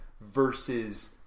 versus